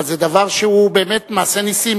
אבל זה דבר שהוא באמת מעשה נסים,